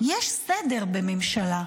יש סדר בממשלה.